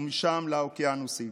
ומשם לאוקיינוסים.